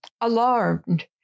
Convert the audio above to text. alarmed